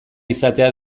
izatea